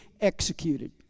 executed